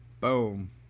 boom